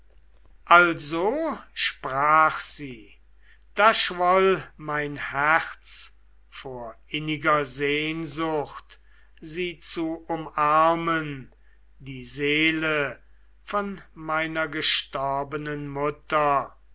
also sprach sie da schwoll mein herz vor inniger sehnsucht sie zu umarmen die seele von meiner gestorbenen mutter